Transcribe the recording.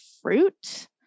fruit